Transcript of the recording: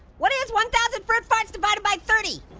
what is one thousand fruit parts divided by thirty?